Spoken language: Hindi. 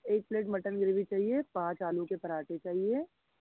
एक प्लेट मटन बिरयानी चाहिए पाँच आलू के पराँठे चाहिए